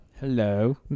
hello